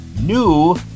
New